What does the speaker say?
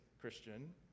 Christian